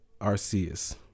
Arceus